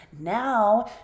Now